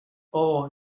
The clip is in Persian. اوه